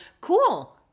cool